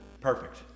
Perfect